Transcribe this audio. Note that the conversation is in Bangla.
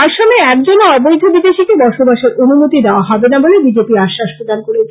আসামে একজনও অবৈধ বিদেশিকে বসবাসের অনুমতি দেওয়া হবেনা বলে বিজেপি আশ্বাস প্রদান করেছে